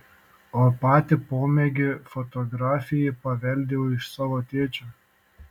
o patį pomėgį fotografijai paveldėjau iš savo tėčio